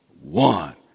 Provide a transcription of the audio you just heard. one